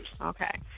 Okay